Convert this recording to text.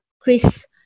Chris